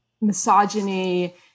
misogyny